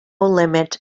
limit